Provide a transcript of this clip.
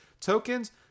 tokens